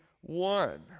one